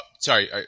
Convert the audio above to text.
Sorry